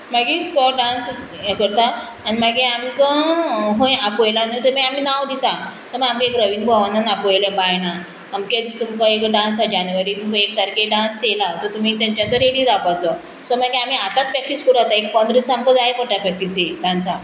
मागीर तो डांस हें करता आनी मागीर आमकां हूंय आपयलां न्हू थंय आमी नांव दिता समज आमी एक रवींद्र भवनान आपयलें बायणां आमके दीस तुमकां एक डांस आसा जानेवारीक तुमकां एक तारखेर डांस येयला तर तुमी तेंच्या आतां रेडी रावपाचो सो मागीर आमी आतांच प्रॅक्टीस करूं लागता एक पंदरा दीस आमकां जाय पडटा प्रॅक्टीसी डांसाक